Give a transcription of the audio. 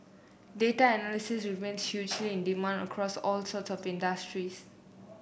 data analysts remain hugely in demand across all sort of industries